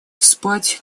спать